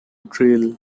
drill